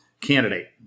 candidate